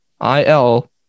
I-L